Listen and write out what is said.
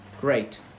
Great